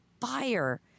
fire